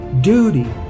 duty